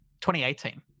2018